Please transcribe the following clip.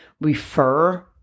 refer